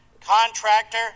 contractor